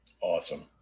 awesome